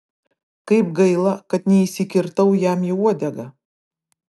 kaip gaila kad neįsikirtau jam į uodegą